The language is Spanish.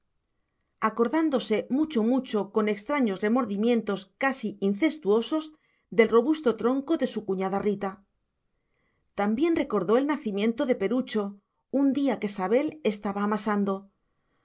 acordábase mucho mucho con extraños remordimientos casi incestuosos del robusto tronco de su cuñada rita también recordó el nacimiento de perucho un día que sabel estaba amasando